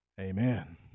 Amen